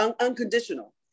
unconditional